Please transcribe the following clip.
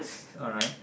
alright